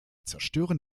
zerstören